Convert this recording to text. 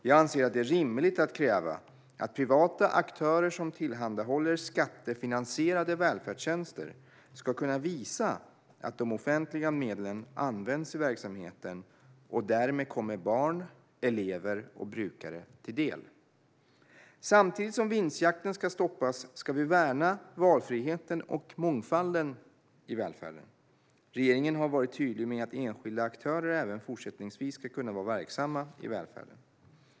Jag anser att det är rimligt att kräva att privata aktörer som tillhandahåller skattefinansierade välfärdstjänster ska kunna visa att de offentliga medlen används i verksamheten och därmed kommer barn, elever och brukare till del. Samtidigt som vinstjakten ska stoppas ska vi värna valfriheten och mångfalden i välfärden. Regeringen har varit tydlig med att enskilda aktörer även fortsättningsvis ska kunna vara verksamma i välfärden.